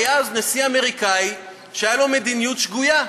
היה אז נשיא אמריקני שהייתה לו מדיניות שגויה,